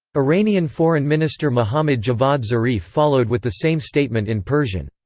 iranian foreign minister mohammad javad zarif followed with the same statement in persian.